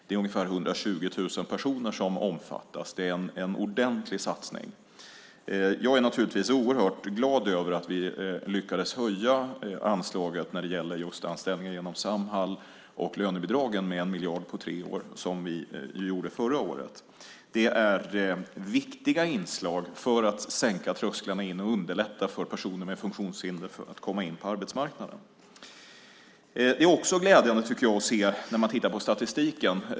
Det är ungefär 120 000 personer som omfattas. Det är en ordentlig satsning. Jag är oerhört glad över att vi lyckades höja anslaget när det gäller just anställningar inom Samhall och lönebidragen med 1 miljard på tre år som vi gjorde förra året. Det är viktiga inslag för att sänka trösklarna in och underlätta för personer med funktionshinder att komma in på arbetsmarknaden. Det är också glädjande när man tittar på statistiken.